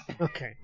Okay